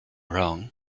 wrong